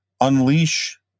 unleash